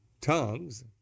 tongues